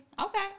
Okay